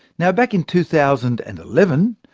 now back in two thousand and eleven,